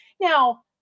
Now